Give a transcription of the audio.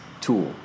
tool